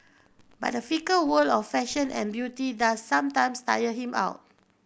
but the fickle world of fashion and beauty does sometimes tire him out